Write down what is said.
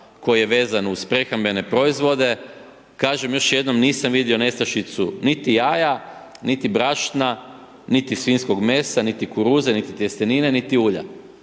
koji je vezan uz prehrambene proizvode, kažem još jednom, nisam vidio nestašicu niti jaja, niti brašna, niti svinjskog mesa, niti kuruze, niti tjestenine, niti ulja,